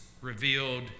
revealed